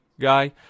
guy